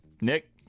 Nick